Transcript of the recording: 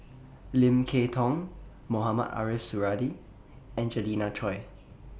Lim Kay Tong Mohamed Ariff Suradi and Angelina Choy